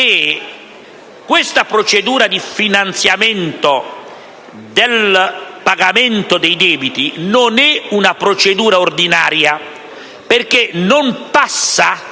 questa procedura di finanziamento del pagamento dei debiti non è una procedura ordinaria, perché non passa